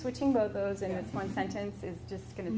switch in both those in one sentence is just going to